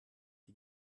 die